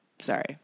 Sorry